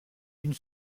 une